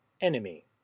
enemy